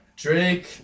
Drake